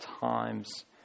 times